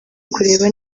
kureba